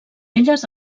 elles